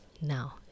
now